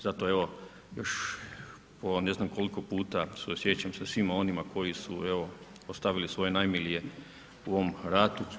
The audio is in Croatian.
Zato evo još po ne znam koliko puta suosjećam sa svima onima koji su evo ostavili svoje najmilije u ovom ratu.